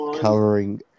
covering